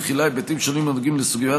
ומכילה היבטים שונים הנוגעים לסוגיית